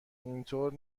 اینطور